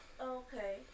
Okay